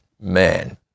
man